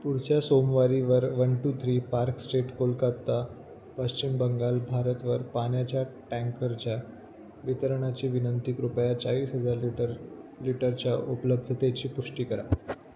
पुढच्या सोमवारीवर one two three Park Street Kolkata Paschim Bengal भारतवर पाण्याच्या टँकरच्या वितरणाची विनंती कृपया चाळीस हजार लिटर लिटरच्या उपलब्धतेची पुष्टी करा